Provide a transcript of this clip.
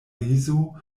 rizo